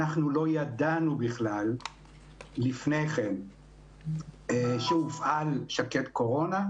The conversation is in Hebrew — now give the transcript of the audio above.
אנחנו לא ידענו בכלל לפני כן שהופעל שקד קורונה.